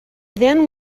then